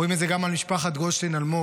רואים את זה גם במשפחת גולדשטיין אלמוג,